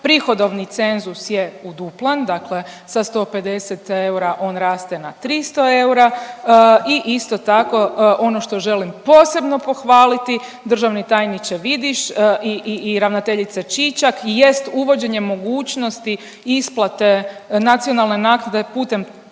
prihodovni cenzus je uduplan, dakle sa 150 eura on raste na 300 eura i isto tako ono što želim posebno pohvaliti državni tajniče Vidiš i, i, i ravnateljice Čičak i jest uvođenje mogućnosti isplate nacionalne naknade putem